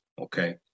Okay